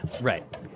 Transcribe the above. right